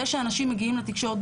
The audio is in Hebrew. זה שאנשים מגיעים לתקשורת,